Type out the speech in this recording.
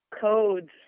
codes